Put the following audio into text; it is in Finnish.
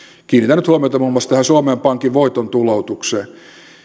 kiinnitän nyt huomiota muun muassa tähän suomen pankin voiton tuloutukseen